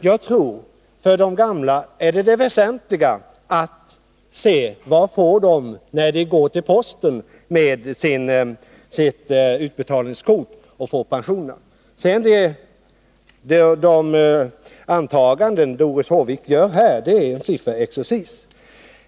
Jag tror att det väsentliga för dem är vad de får ut när de går med sitt utbetalningskort till posten för att lyfta pensionerna. De antaganden som Doris Håvik gör är vidare bara en sifferexercis.